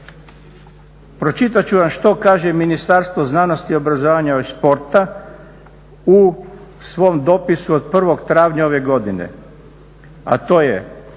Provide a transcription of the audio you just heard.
Pročitat ću vam što kaže Ministarstvo znanosti, obrazovanja i športa u svom dopisu od 01. travnja ove godine, a to je